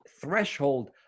threshold